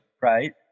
Right